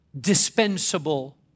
dispensable